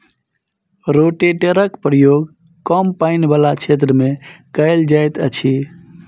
रोटेटरक प्रयोग कम पाइन बला क्षेत्र मे कयल जाइत अछि